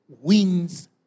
wins